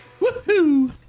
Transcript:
Woohoo